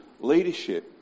leadership